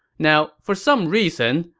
now, for some reason,